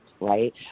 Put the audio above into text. right